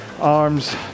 arms